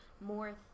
more